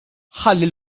ħalli